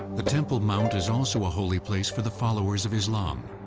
the temple mount is also a holy place for the followers of islam,